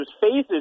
faces